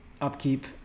upkeep